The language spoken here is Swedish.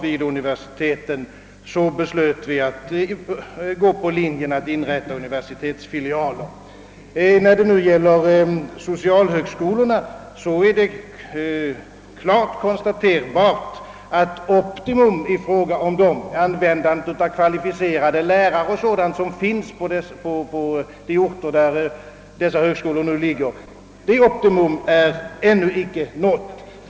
Vi beslöt därför att inrätta universitetsfilialer. I fråga om socialhögskolorna är det klart konstaterbart, att optimum vad beträffar utnyttjandet av kvalificerade lärare och liknande på de orter, där dessa högskolor nu ligger, ännu inte är nått.